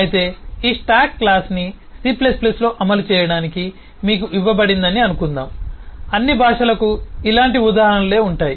అయితే ఈ స్టాక్ క్లాస్ని C లో అమలు చేయడానికి మీకు ఇవ్వబడిందని అనుకుందాం అన్ని భాషలకు ఇలాంటి ఉదాహరణలు ఉంటాయి